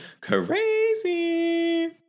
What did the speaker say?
crazy